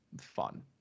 fun